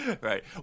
Right